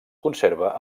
conserva